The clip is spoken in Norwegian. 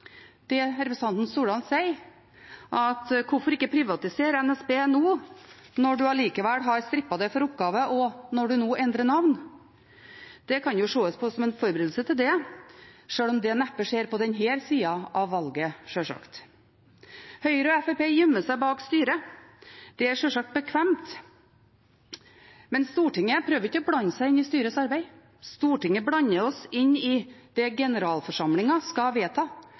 Hvorfor ikke privatisere NSB nå, når en likevel har strippet det for oppgaver og nå endrer navnet? Det kan ses på som en forberedelse til det, sjøl om det neppe skjer på denne sida av valget, sjølsagt. Høyre og Fremskrittspartiet gjemmer seg bak styret. Det er sjølsagt bekvemt, men Stortinget prøver ikke å blande seg inn i styrets arbeid. Stortinget blander seg inn i det generalforsamlingen skal vedta,